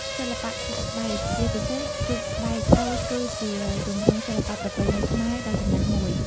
សិល្បៈឆ្លាក់ស្បែក ជាពិសេស រូបស្បែកតូចគឺជាទម្រង់សិល្បៈប្រពៃណីខ្មែរដ៏ចំណាស់មួយ។